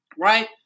Right